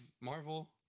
Marvel